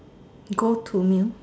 go to meal